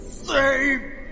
Save